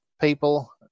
people